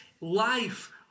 life